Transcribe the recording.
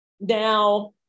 now